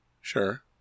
sure